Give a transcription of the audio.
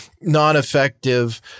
non-effective